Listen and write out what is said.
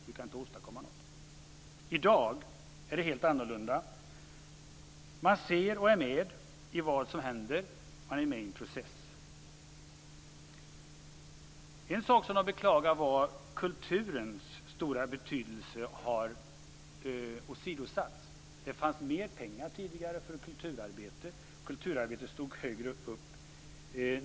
Du kan inte åstadkomma något. I dag är det helt annorlunda. Man ser och är med i vad som händer. Man är med i en process. En sak som de beklagade var att kulturens stora betydelse har åsidosatts. Det fanns mer pengar tidigare för kulturarbete. Kulturarbetet stod högre.